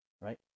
right